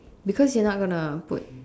because you're not gonna put